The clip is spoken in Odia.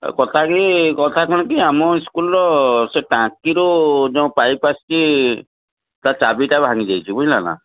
କଥା କି କଥା କ'ଣ କି ଆମ ସ୍କୁଲରୁ ସେ ଟାଙ୍କିରୁ ଯେଉଁ ପାଇପ ଆସିଛି ତା' ଚାବିଟା ଭାଙ୍ଗିଯାଇଛି ବୁଝିଲେ ନା